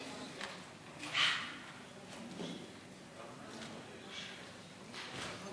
חוק נכי רדיפות הנאצים (תיקון מס'